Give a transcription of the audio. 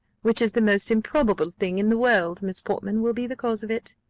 which is the most improbable thing in the world, miss portman will be the cause of it.